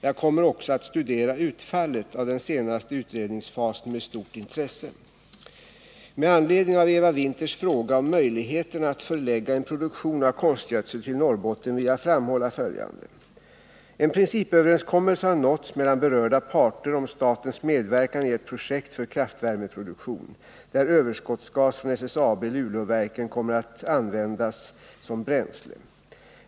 Jag kommer också att studera utfallet av den senaste utredningsfasen med stort intresse. Med anledning av Eva Winthers fråga om möjligheterna att förlägga en produktion av konstgödsel till Norrbotten vill jag framhålla följande. En principöverenskommelse har nåtts mellan berörda parter om statens medverkan i ett projekt för kraftvärmeproduktion, där överskottsgas från SSAB Luleåverken kommer att användas som bränsle.